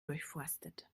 durchforstet